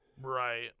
Right